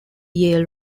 yale